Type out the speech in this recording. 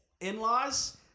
In-laws